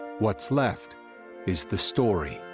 what's left is the story.